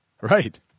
Right